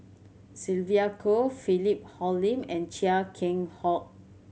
Sylvia Kho Philip Hoalim and Chia Keng Hock